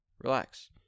Relax